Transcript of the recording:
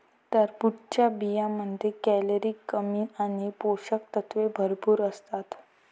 टरबूजच्या बियांमध्ये कॅलरी कमी आणि पोषक तत्वे भरपूर असतात